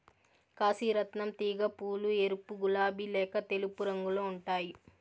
కాశీ రత్నం తీగ పూలు ఎరుపు, గులాబి లేక తెలుపు రంగులో ఉంటాయి